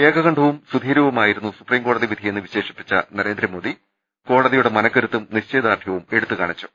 ഏകകണ്ഠവും സുധീരവുമായിരുന്നു സുപ്രീംകോടതി വിധിയെന്ന് വിശേഷിപ്പിച്ച നരേന്ദ്രമോദി കോടതിയുടെ മനക്ക രുത്തും നിശ്ചയദാർഢ്യവും എടുത്തുകാണിച്ചു